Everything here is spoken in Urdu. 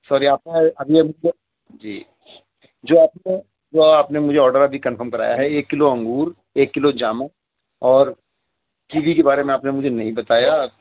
سر یہ آپ کا ابھی ابھی جو جی جو آپ نے جو آپ نے مجھے آڈر ابھی کنفرم کرایا ہے ایک کلو انگور ایک کلو جامن اور کیوی کے بارے میں آپ نے مجھے نہیں بتایا